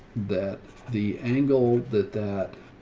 that the angle that, that